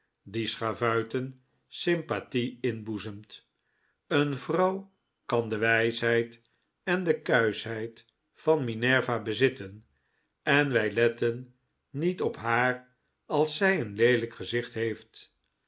die schavuiten sympathie inboezemt een vrouw kan de wijsheid en kuischheid van minerva bezitten en wij letten niet op haar als zij een leelijk gezicht heeft